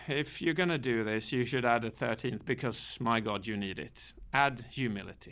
if you're going to do this, you should add a thirteenth because my god, you need it ad humility